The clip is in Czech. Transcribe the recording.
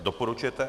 Doporučujete?